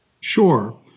Sure